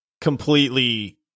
completely